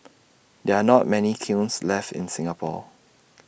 there are not many kilns left in Singapore